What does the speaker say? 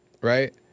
right